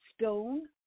stone